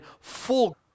full